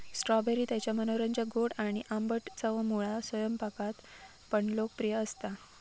strawberry त्याच्या मनोरंजक गोड आणि आंबट चवमुळा स्वयंपाकात पण लोकप्रिय असता